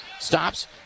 Stops